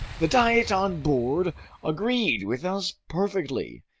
the diet on board agreed with us perfectly,